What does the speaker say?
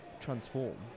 transform